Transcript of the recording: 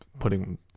Putting